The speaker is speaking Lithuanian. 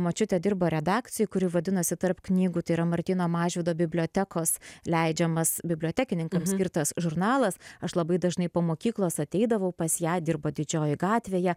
močiutė dirbo redakcijoje kuri vadinosi tarp knygų tai yra martyno mažvydo bibliotekos leidžiamas bibliotekininkams skirtas žurnalas aš labai dažnai po mokyklos ateidavau pas ją dirbo didžiojoj gatvėje